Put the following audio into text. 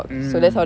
mm